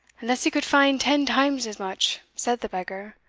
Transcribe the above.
unless he could find ten times as much, said the beggar,